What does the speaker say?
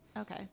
Okay